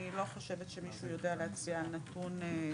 אני לא חושבת שמישהו יודע להצביע על נתון ספציפי.